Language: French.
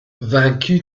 vaincu